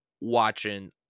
watching